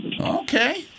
Okay